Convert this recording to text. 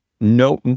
no